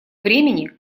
времени